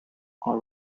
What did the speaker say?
are